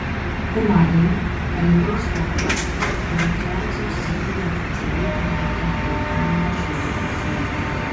pirmadienį alytaus sporto ir rekreacijos centrui oficialiai perduota elektroninės šaudyklos įranga